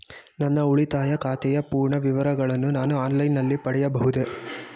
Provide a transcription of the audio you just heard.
ನನ್ನ ಉಳಿತಾಯ ಖಾತೆಯ ಪೂರ್ಣ ವಿವರಗಳನ್ನು ನಾನು ಆನ್ಲೈನ್ ನಲ್ಲಿ ಪಡೆಯಬಹುದೇ?